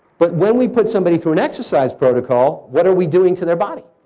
but when we put somebody through an exercise protocol, what are we doing to their body?